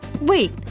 Wait